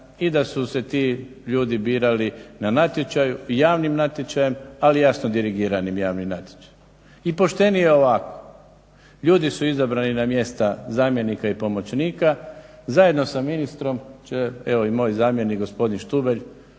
i da su se ti ljudi birali na natječaju, javnim natječajem ali jasno dirigiranim javnim natječajem. I poštenije je ovako, ljudi su izabrani na mjesta zamjenika i pomoćnika, zajedno sa ministrom će evo i moj zamjenik gospodin Štubelj